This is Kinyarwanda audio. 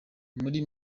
muri